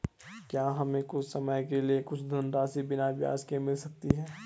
क्या हमें कुछ समय के लिए कुछ धनराशि बिना ब्याज के मिल सकती है?